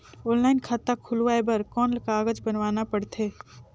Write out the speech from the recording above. Online खाता खुलवाय बर कौन कागज बनवाना पड़थे?